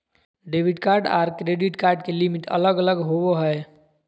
debit card आर credit card के limit अलग अलग होवो हय